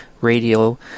Radio